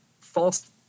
false